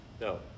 No